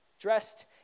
dressed